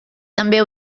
també